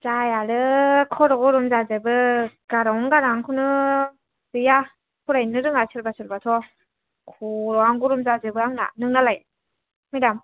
जायालै खर' गरम जाजोबो गारां अ गारां आ खौनो गैया फरायनोनो रोङा सोरबा सोरबाथ' खर'आनो गरम जाजोबो आंना नोंनालाय मेदाम